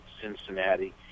Cincinnati